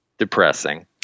depressing